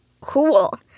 Cool